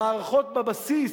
המערכות בבסיס,